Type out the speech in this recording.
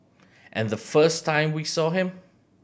and the first time we saw him